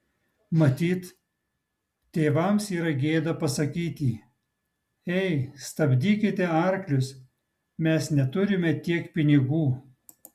matyt tėvams yra gėda pasakyti ei stabdykite arklius mes neturime tiek pinigų